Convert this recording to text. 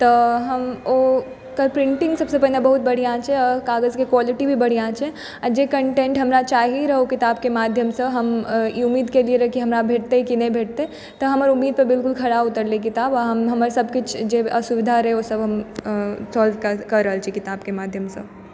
तऽ हम ओ ओकर प्रिण्टिङ्ग सबसँ पहिने बहुत बढ़िआँ छै काजके क्वालिटी भी बढ़िआँ छै आओर जे कन्टेन्ट हमरा चाही रहऽ ओ किताबके माध्यमसँ हम इ उम्मीद कएलियै रऽ की जे हमरा भेटतै की नहि भेटतै तऽ हमर उम्मीदपर बिल्कुल खरा उतरलै किताब आओर हमर सबके जे असुविधा रहै ओ सब हम सोल्व कऽ रहल छी किताबके माध्यमसँ